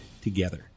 together